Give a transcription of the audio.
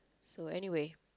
so anyway